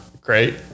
Great